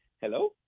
hello